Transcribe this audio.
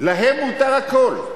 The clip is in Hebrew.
להם מותר הכול.